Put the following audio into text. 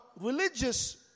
religious